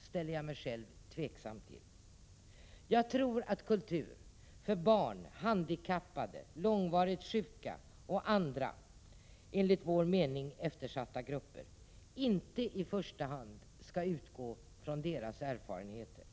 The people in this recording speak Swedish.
ställer jag mig själv tveksam till. Jag tror att kultur för barn, handikappade. långvarigt sjuka och andra eftersatta grupper inte i första hand skall bygga på deras erfarenheter.